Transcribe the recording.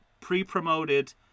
pre-promoted